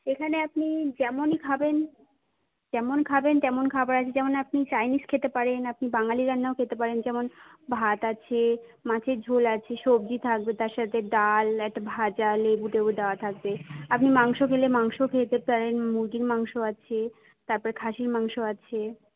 এখানে আপনি যেমন খাবেন যেমন খাবেন তেমন খাবার আছে যেমন আপনি চাইনিজ খেতে পারেন আপনি বাঙালি রান্নাও খেতে পারেন যেমন ভাত আছে মাছের ঝোল আছে সবজি থাকবে তার সাথে ডাল একটা ভাজা লেবু টেবু দেওয়া থাকবে আপনি মাংস খেলে মাংসও খেতে পারেন মুরগির মাংস আছে তারপরে খাসির মাংসও আছে